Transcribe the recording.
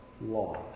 law